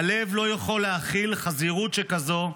הלב לא יכול להכיל חזירות שכזו.